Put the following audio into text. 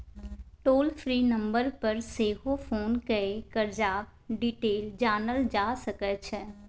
टोल free number पर सेहो phone कए करजाक डिटेल जानल जा सकै छै